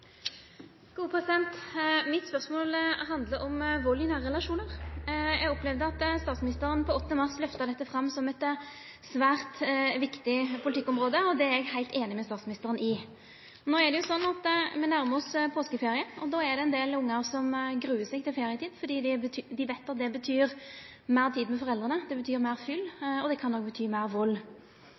Mitt spørsmål handlar om vald i nære relasjonar. Eg opplevde at statsministeren 8. mars løfta dette fram som eit svært viktig politikkområde, og det er eg heilt einig med statsministeren i. No er det sånn at me nærmar oss påskeferie, og det er ein del barn som gruar seg til ferietid, fordi dei veit at det betyr meir tid med foreldra, det betyr meir fyll, og det kan òg bety meir vald.